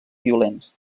violents